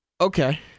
Okay